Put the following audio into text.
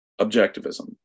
Objectivism